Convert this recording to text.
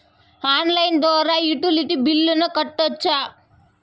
Online ద్వారా utility బిల్లులను కట్టొచ్చా?